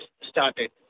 started